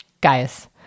guys